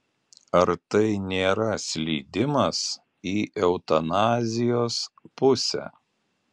ar tai nėra slydimas į eutanazijos pusę